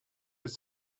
ist